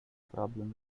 problem